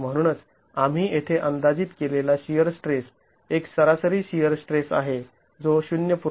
आणि म्हणूनच आम्ही येथे अंदाजित केलेला शिअर स्ट्रेस एक सरासरी शिअर स्ट्रेस आहे जो ०